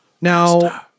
Now